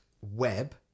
Web